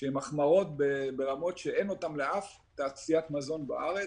עם החמרות ברמות שאין אותן לאף תעשיית מזון בארץ.